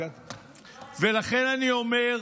ולכן אני אומר: